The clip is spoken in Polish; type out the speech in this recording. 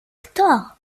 kto